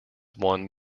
won